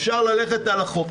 אפשר ללכת על החוף,